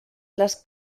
les